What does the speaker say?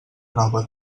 nova